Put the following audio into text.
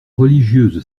religieuse